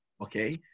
Okay